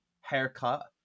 haircut